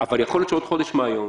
אבל יכול להיות שעוד חודש מהיום,